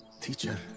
teacher